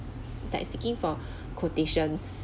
like seeking for quotations